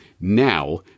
now